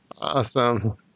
Awesome